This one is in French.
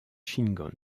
shingon